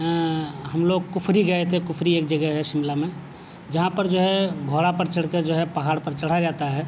ہم لوگ کفری گئے تھے کفری ایک جگہ ہے شملہ میں جہاں پر جو ہے گھوڑا پر چڑھ کے جو ہے پہاڑ پر چڑھا جاتا ہے